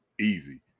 easy